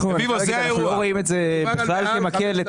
אנחנו לא רואים את חובת הדיווח בכלל כמקל.